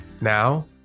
Now